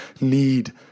need